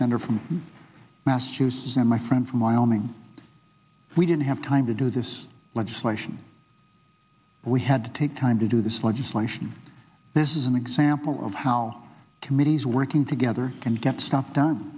senator from massachusetts and my friend from wyoming we didn't have time to do this legislation we had to take time to do this legislation this is an example of how committees working together can get stuff done